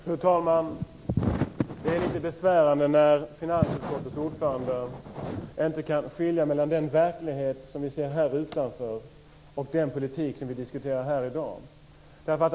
Fru talman! Det är lite besvärande att finansutskottets ordförande inte kan skilja mellan den verklighet vi ser här utanför och den politik som vi diskuterar här i dag.